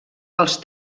els